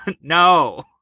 no